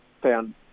found